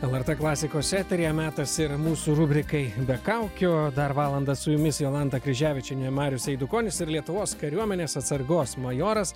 lrt klasikos sektoriuje metas ir mūsų rubrikai be kaukių dar valandą su jumis jolanta kryževičienė marius eidukonis ir lietuvos kariuomenės atsargos majoras